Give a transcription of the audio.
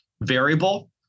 variable